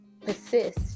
persist